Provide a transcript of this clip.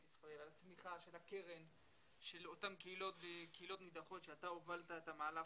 ישראל על התמיכה של הקרן באותן קהילות נידחות שאתה הובלת את המהלך